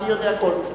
אני יודע הכול.